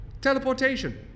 Teleportation